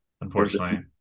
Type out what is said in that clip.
unfortunately